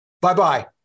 Bye-bye